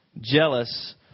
jealous